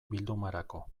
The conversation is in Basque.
bildumarako